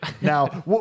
Now